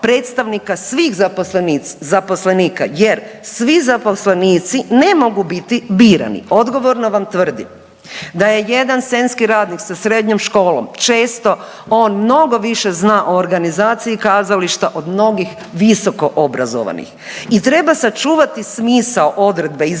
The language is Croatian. predstavnika svih zaposlenika jer svi zaposlenici ne mogu biti birani. Odgovorno vam tvrdim da je jedan scenski radnik sa srednjom školom često on mnogo više zna o organizaciji kazališta od mnogih visoko obrazovanih i treba sačuvati smisao odredbe i